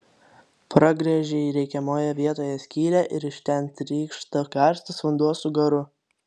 pragręžei reikiamoje vietoje skylę ir iš ten trykšta karštas vanduo su garu